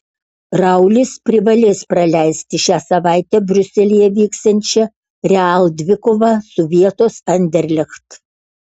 raulis privalės praleisti šią savaitę briuselyje vyksiančią real dvikovą su vietos anderlecht